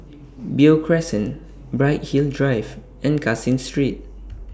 Beo Crescent Bright Hill Drive and Caseen Street